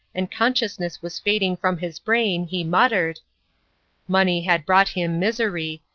and consciousness was fading from his brain, he muttered money had brought him misery,